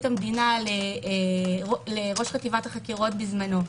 המדינה לבין ראש חטיבת החקירות בזמנו,